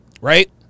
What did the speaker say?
right